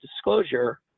disclosure